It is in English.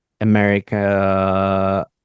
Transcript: america